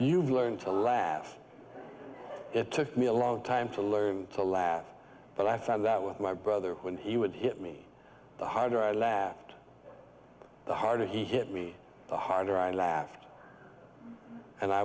you've learned to laugh it took me a long time to learn to laugh but i found that with my brother when he would hit me the harder i laughed the harder he hit me the harder i laughed and i